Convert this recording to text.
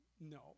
No